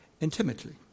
intimately